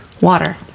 water